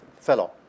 fellow